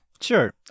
Sure